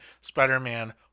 Spider-Man